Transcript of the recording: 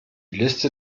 liste